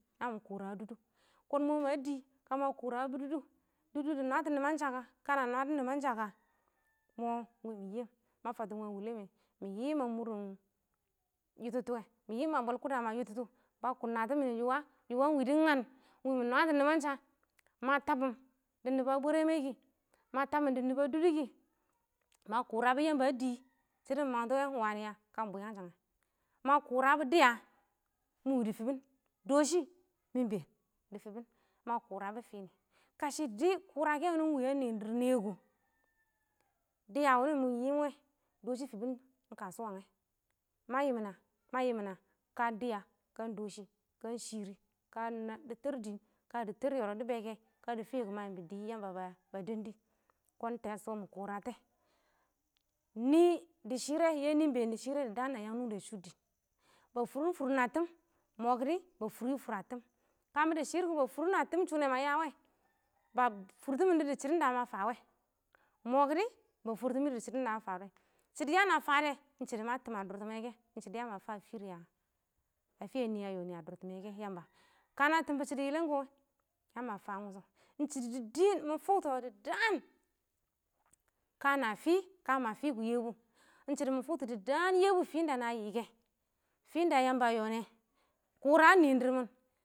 Na bɪ kʊrawɛ dʊdʊ, kɔn ɪng mɔ ma dɪ na mɪ kʊrawɛ dɔ dʊdʊ, dʊdʊ dɪ nwatɔ nɪmansha ka, ka na nwadɔ nɪmansha ka ɪng mɔ wɪ mɪ yɪm, ma fatɪm wangɪn wulə mɛ, mɪ yɪm a mʊrɪn yʊtʊtʊ wɛ, mɪ yɪɪmm a bwɛl kʊda ma yʊtʊtʊ ba tɪmɪn yʊwa, yʊwa ɪng wɪ dɪ ngan ɪng wɪ mɪ nwatɔ nɪmansha ma tabʊm dɪ nɪbɔ a bwɛrɛ mɛ kɪ, ma tabɔm dɪ nɪbɔ a dʊdʊ kɪ, ma kʊrabɔ yamba a dɪ, shɪdɔ mɪ mangtɔ wɛ ɪng wa nɪ a? ka bwɪɪyangshang a? ma kʊrabɔ dɪya mɪ wɪ dɪ fɪbɪn dɔshɪ mɪ been dɪ fɪbɪn, ma kʊrabɔ fɪ nɪ, kashɪ dɪ kʊrakɛ wɪnɪ ɪng wa a nɪɪn dɪrr nɪyɛ kʊ, dɪya wɪnɪ mɪ yɪɪm wɛ, dɔshɪ fɪbɪn ɪng kashɔ wanghɪn, ma yɪmɪn a, ma yɪmɪn a, ka ɪng dɪya ka ɪng dɔshi ka ɪng shɪrɪ ka ɪng dɪ teer dɪɪn ka dɪɪn teer yɔrɔb dɪ bɛ kɛ kɔ, ka dɪ fɪyɛ kʊ, ma yɪmbɔ dɪ yanba ba dɛɛn dɪ, kɔn ɪng tɛshɔ mɪ kuratɛ, nɪ dɪ shɪrɛ, yɛ nɪ ɪng been dɪ shɪrɛ, daan na yang nungdə shʊ dɪɪn, ba fʊrʊn fʊrʊn a tɪm ɪng mɔ kɪdɪ ba fʊryɪ fʊr a tɪm ka mɪ dɪ shɪrr kɔ ba fʊrɪn a tɪm shʊnɛ ma yawɛ, ba fʊrtɪmɪn dʊ dɪ shɪdɔn da ma fa wɛ, ɪng mɔ kɪdɪ ba fʊrtɪmɪ dʊ dɪ shɪdɔn da ma fa wɛ, shɪdɔ ya na fadɛ ɪng shɪdɔ na tɪm a dʊrtɪmɛ kɛ, ya ma fa a fɪrɪ a fɪya nɪ a yɔnɪ a dʊrtɪmɛ kɛ, yamba kana tɪmbɔ shɪdɔ yɪlɪn kɔ ya ma fa wʊshɔ? ɪng shɪdɔ dɪɪn mɪ fʊktɔ dɪ daan a ka na fɪ, ka na fɪ kʊ Yebu, mɪ fʊktɔ dɪ daan Yebu, a fɪ ɪng da ka yɪ kɛ. Fɪ ɪng da Yamba a yɔ nɛ, kʊra a nɪɪn dɪrr mɪn.